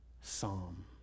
psalm